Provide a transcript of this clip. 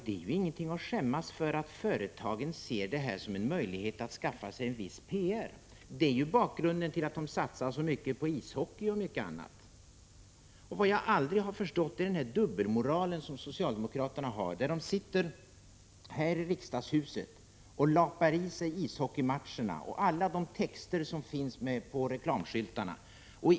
Det är ingenting att skämmas för att företagen ser sponsringen som en möjlighet att skaffa sig en viss PR. Det är ju bakgrunden till att de satsar så mycket på ishockey och annat. Något som jag aldrig har förstått är socialdemokraternas dubbelmoral i detta sammanhang. De sitter här i riksdagshuset och lapar i sig ishockeymatcherna och alla de texter som finns på reklamskyltarna.